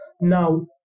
Now